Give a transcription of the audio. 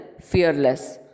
fearless